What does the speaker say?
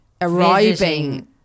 arriving